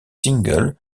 single